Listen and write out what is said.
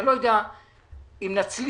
אני לא יודע אם נצליח,